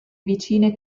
vicine